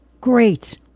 Great